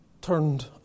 turned